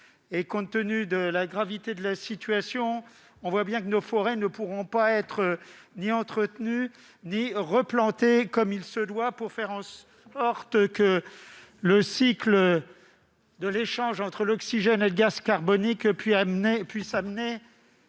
Compte tenu de la gravité de la situation, nos forêts ne pourront pas être entretenues ni replantées comme il se doit pour que le cycle de l'échange entre l'oxygène et le gaz carbonique conduise à une